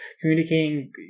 communicating